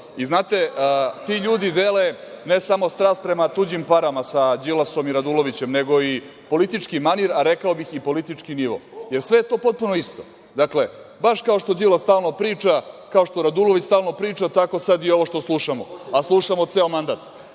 ostali. Ti ljudi dele ne samo strast prema tuđim parama sa Đilasom i Radulovićem, nego i politički manir, a rekao bih i politički nivo, jer sve je to potpuno isto. Baš kao što Đilas stalno priča, kao što Radulović stalno priča, tako sad i ovo što slušamo, a slušamo ceo mandat.